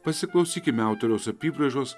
pasiklausykime autoriaus apybraižos